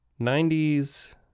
90s